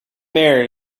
mayor